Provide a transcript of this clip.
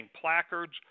placards